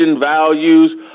values